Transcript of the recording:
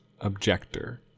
objector